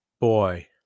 Boy